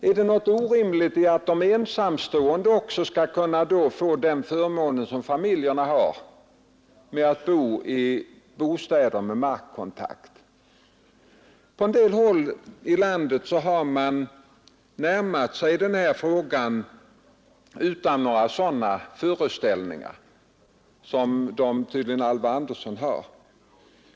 Är det något orimligt i att de ensamstående också skall kunna få den förmån som familjerna har: att bo i bostäder med markkontakt? På en del håll i landet har man närmat sig den här frågan utan några sådana föreställningar som tydligen Alvar Andersson har.